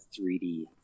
3D